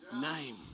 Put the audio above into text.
name